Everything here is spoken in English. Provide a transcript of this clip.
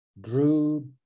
drew